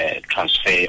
transfer